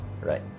right